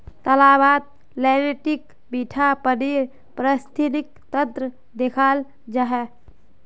तालाबत लेन्टीक मीठा पानीर पारिस्थितिक तंत्रक देखाल जा छे